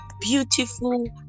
beautiful